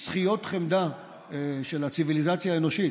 שכיות חמדה של הציביליזציה האנושית